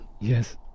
Yes